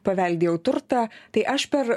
paveldėjau turtą tai aš per